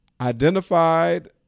identified